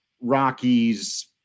Rockies